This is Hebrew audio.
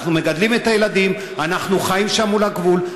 אנחנו מגדלים את הילדים, אנחנו חיים שם מול הגבול.